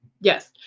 yes